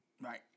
Right